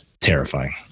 terrifying